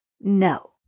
No